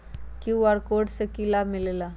QR code से कि कि लाव मिलेला?